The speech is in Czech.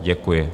Děkuji.